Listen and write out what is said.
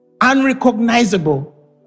unrecognizable